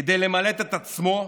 כדי למלט את עצמו,